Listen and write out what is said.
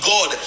God